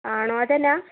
ആണോ അതെന്താണ്